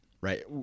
right